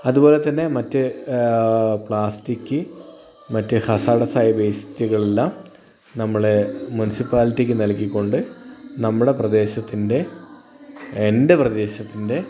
അതുപോലെതന്നെ മറ്റു പ്ലാസ്റ്റിക്ക് മറ്റു ഹസാർഡ്സ് ആയ വേസ്റ്റുകൾ എല്ലാം നമ്മൾ മുൻസിപ്പാലിറ്റിയ്ക്ക് നൽകിക്കൊണ്ട് നമ്മുടെ പ്രദേശത്തിൻ്റെ എൻ്റെ പ്രദേശത്തിൻ്റെ